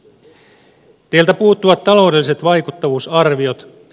teiltä puuttuvat taloudelliset vaikuttavuusarviot